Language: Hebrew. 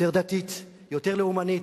יותר דתית, יותר לאומנית.